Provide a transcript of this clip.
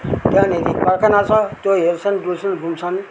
त्यहाँनेरि कारखाना छ त्यो हेर्छन् डुल्छन् घुम्छन्